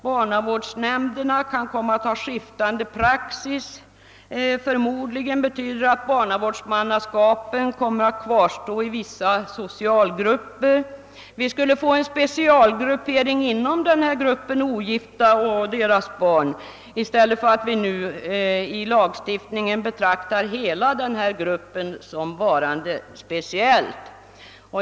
Barnavårdsnämnderna kan komma att tillämpa skiftande praxis, och förmodligen betyder detta att barnavårdsmannaskapen kommer att kvarstå i vissa socialgrupper. Vi skulle få en specialgruppering inom gruppen ogifta och deras barn i stället för att i lagen betrakta hela gruppen som speciell.